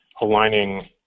aligning